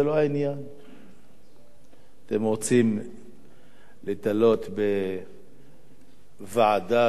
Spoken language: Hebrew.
אתם רוצים להיתלות בוועדה שעמד בראשה כבוד השופט?